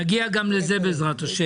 נגיע גם לזה בעזרת ה'.